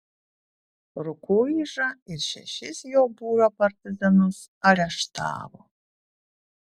rukuižą ir šešis jo būrio partizanus areštavo